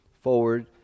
forward